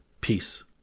Peace